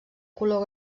color